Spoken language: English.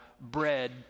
Bread